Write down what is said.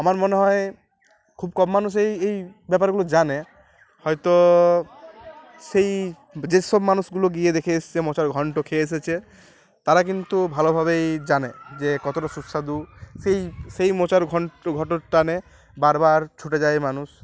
আমার মনে হয় খুব কম মানুষই এই ব্যাপারগুলো জানে হয়তো সেই যেসব মানুষগুলো গিয়ে দেখে এসছে মোচার ঘন্ট খেয়ে এসেছে তারা কিন্তু ভালোভাবেই জানে যে কতটা সুস্বাদু সেই সেই মোচার ঘন ঘট টানে বারবার ছুটে যায় মানুষ